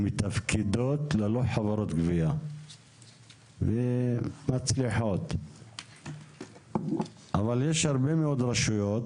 שמתפקדות ללא חברות גבייה ומצליחות אבל יש הרבה מאוד רשויות